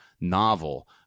novel